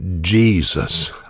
Jesus